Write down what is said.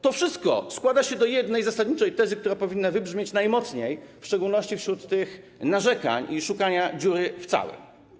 To wszystko składa się na jedną zasadniczą tezę, która powinna wybrzmieć najmocniej, w szczególności wśród tych narzekań i szukania dziury w całym.